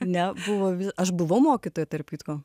ne buvo aš buvau mokytoja tarp kitko